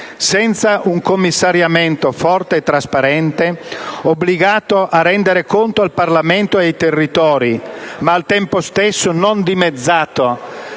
Senza un commissariamento forte e trasparente, obbligato a rendere conto al Parlamento e ai territori, ma al tempo stesso non dimezzato